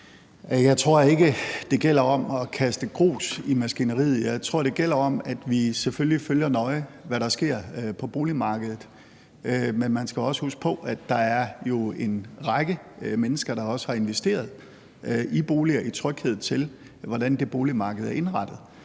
Jeg tror ikke, at det gælder om at kaste grus i maskineriet. Jeg tror, det gælder om, at vi selvfølgelig følger nøje, hvad der sker på boligmarkedet. Men man skal også huske på, at der jo er en række mennesker, der har investeret i boliger i tryghed til, hvordan det boligmarked er indrettet.